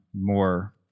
more